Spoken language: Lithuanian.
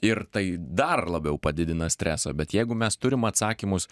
ir tai dar labiau padidina stresą bet jeigu mes turim atsakymus